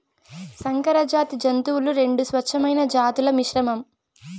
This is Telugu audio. సంకరజాతి జంతువులు రెండు స్వచ్ఛమైన జాతుల మిశ్రమం